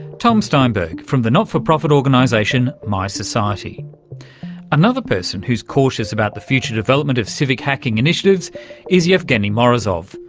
tom steinberg from the not-for-profit organisation mysociety. another person who's cautious about the future development of civic hacking initiatives is yeah evgeny morizov,